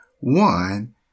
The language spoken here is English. one